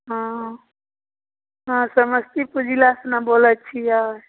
हुँ अहाँ समस्तीपुर जिलासँ ने बोलै छिए